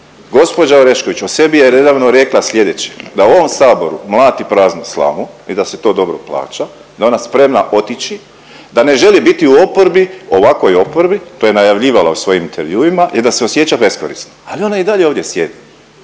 Gospođa Orešković o sebi je nedavno rekla sljedeće da u ovom Saboru mlati praznu slamu i da se to dobro plaća da je ona spremna otići, da ne želi biti u oporbi ovakvoj oporbi to je najavljivala u svojim intervjuima i da se osjeća beskorisno. Ali ona i dalje ovdje sjedi